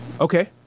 okay